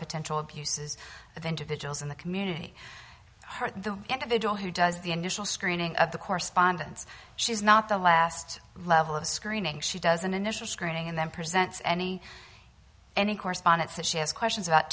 potential abuses of individuals in the community hurt the individual who does the initial screening of the correspondence she's not the last level of screening she does an initial screening and then presents any any correspondence that she has questions about